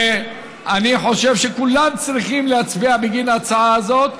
אני חושב שכולם צריכים להצביע בגין ההצעה הזאת,